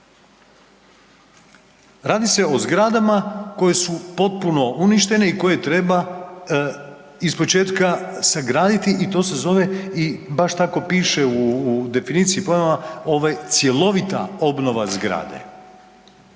radi se o zgradama koje su potpuno uništene i koje treba ispočetka sagraditi i to se zove i baš tako piše u definiciji pojmova, ovaj, cjelovita obnova zgrade.